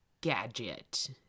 gadget